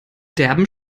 derben